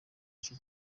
gice